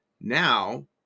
Now